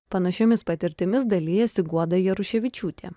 panašiomis patirtimis dalijasi guoda jaruševičiūtė